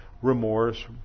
Remorse